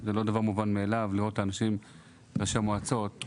זה לא דבר מובן מאליו לראות את ראשי המועצות,